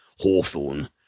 Hawthorne